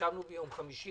ישבנו ביום חמישי,